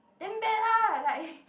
damn bad lah like